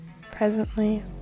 presently